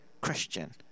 Christian